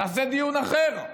נעשה דיון אחר,